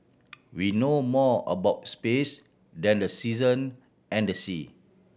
we know more about space than the season and sea